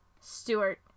Stewart